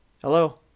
Hello